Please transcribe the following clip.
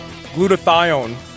glutathione